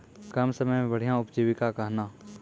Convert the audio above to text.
कम समय मे बढ़िया उपजीविका कहना?